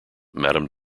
madame